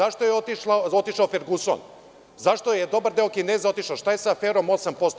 Zašto je otišao „Ferguson“, zašto je dobar deo Kineza otišao i šta je sa aferom 8%